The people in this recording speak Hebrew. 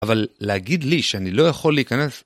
אבל להגיד לי שאני לא יכול להיכנס...